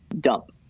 dump